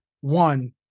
one